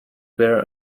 bear